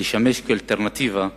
לשמש אלטרנטיבה זולה,